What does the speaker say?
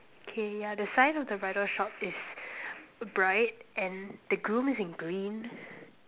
K yeah the sign of the bridal shop is bright and the groom is in green